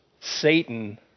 Satan